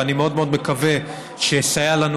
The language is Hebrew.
ואני מאוד מאוד מקווה שהוא יסייע לנו